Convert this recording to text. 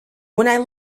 when